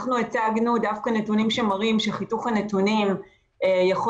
אנחנו הצגנו דווקא נתונים שמראים שחיתוך הנתונים יכול